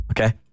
Okay